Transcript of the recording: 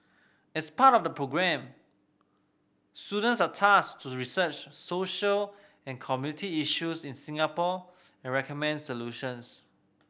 as part of the programme students are tasked to research social and community issues in Singapore and recommend solutions